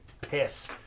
piss